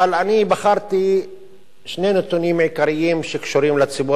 אבל אני בחרתי שני נתונים עיקריים שקשורים לציבור